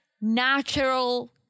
natural